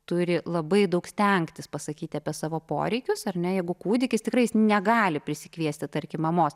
turi labai daug stengtis pasakyti apie savo poreikius ar ne jeigu kūdikis tikrai jis negali prisikviesti tarkim mamos